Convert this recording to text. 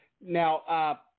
Now